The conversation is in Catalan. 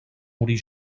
morir